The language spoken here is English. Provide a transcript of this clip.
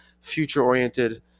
future-oriented